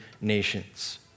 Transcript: nations